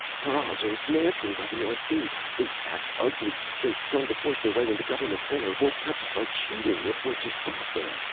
paras are massing by the north gate! they act ugly! they're trying to force their way into government center! we'll have to start shooting if we're to stop them!